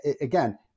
again